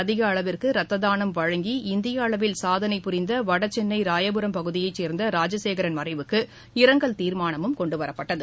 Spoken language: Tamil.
அதிக அளவிற்கு இரத்த தாளம் வழங்கி இந்திய அளவில் சாதனை புரிந்த வடசென்னை ராயபுரம் பகுதியை சேர்ந்த ராஜசேகரன் மறைவுக்கு இரங்கல் தீர்மானமும் கொண்டுவரப்பட்டது